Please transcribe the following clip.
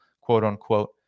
quote-unquote